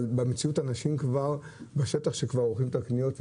אבל במציאות אנשים בשטח כבר עורכים את הקניות.